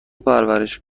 پرورش